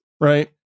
right